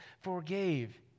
forgave